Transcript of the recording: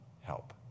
help